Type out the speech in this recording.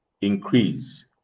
increase